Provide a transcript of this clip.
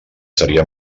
serien